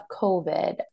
COVID